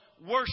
worship